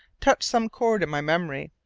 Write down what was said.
touched some chord in my memory.